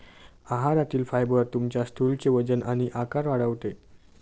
आहारातील फायबर तुमच्या स्टूलचे वजन आणि आकार वाढवते